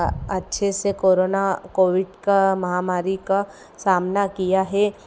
अच्छे से corona COVID की महामारी का सामना किया है